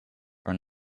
are